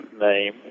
name